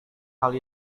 hal